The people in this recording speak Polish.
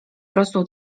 prostu